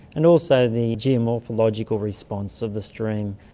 and also the geomorphological response of the stream.